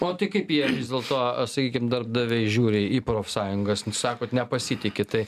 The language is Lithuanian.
o tai kaip jie vis dėlto sakykim darbdaviai žiūri į profsąjungas sakot nepasitiki tai